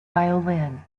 violin